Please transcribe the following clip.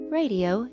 radio